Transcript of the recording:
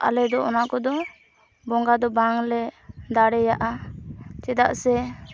ᱟᱞᱮᱫᱚ ᱚᱱᱟ ᱠᱚᱫᱚ ᱵᱚᱸᱜᱟᱫᱚ ᱵᱟᱝᱞᱮ ᱫᱟᱲᱮᱭᱟᱜᱼᱟ ᱪᱮᱫᱟᱜ ᱥᱮ